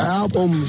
album